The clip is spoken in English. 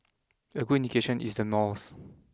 a good indication is the malls